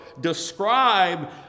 describe